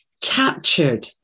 captured